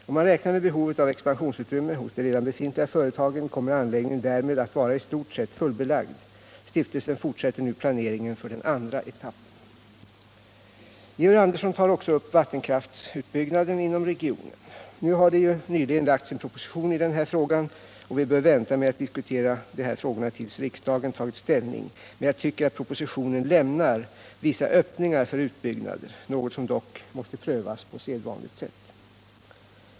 Om man räknar med behovet av expansionsutrymme hos de redan befintliga företagen kommer anläggningen därmed att vara i stort sett fullbelagd. Stiftelsen fortsätter nu planeringen för den andra etappen. Georg Andersson tar också upp vattenkraftsutbyggnaden inom regio nen. Nu har det ju nyligen lagts en proposition i den här frågan, och vi bör vänta med att diskutera de här frågorna tills riksdagen tagit ställning, men jag tycker att propositionen lämnar vissa öppningar för utbyggnader, något som dock måste prövas på sedvanligt sätt.